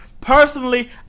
Personally